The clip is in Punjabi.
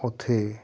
ਉੱਥੇ